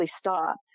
stopped